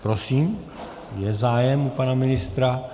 Prosím, je zájem u pana ministra.